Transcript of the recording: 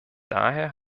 daher